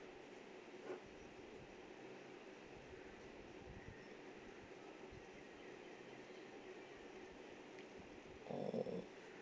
oh